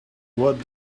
what